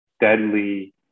deadly